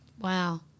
Wow